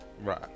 Right